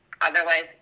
Otherwise